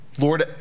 Lord